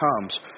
comes